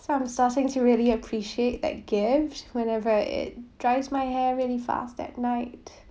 so I'm starting to really appreciate that gift whenever it dries my hair really fast at night